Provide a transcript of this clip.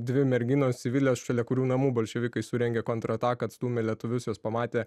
dvi merginos civilės šalia kurių namų bolševikai surengė kontrataką atstūmė lietuvius jos pamatė